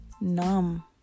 numb